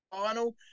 final